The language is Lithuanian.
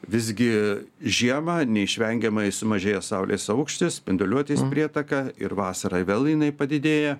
visgi žiemą neišvengiamai sumažėja saulės aukštis spinduliuotės prietaka ir vasarą vėl jinai padidėja